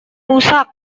rusak